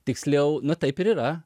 tiksliau na taip ir yra